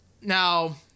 Now